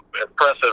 impressive